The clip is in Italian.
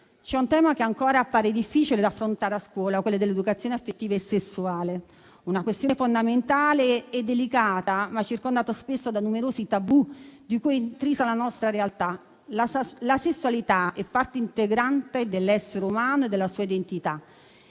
un tema che ancora appare difficile da affrontare a scuola, quello dell'educazione affettiva e sessuale; una questione fondamentale e delicata, ma circondata spesso da numerosi tabù, di cui è intrisa la nostra realtà. La sessualità è parte integrante dell'essere umano e della sua identità;